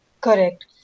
Correct